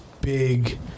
big